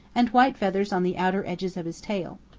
and white feathers on the outer edges of his tail.